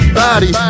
body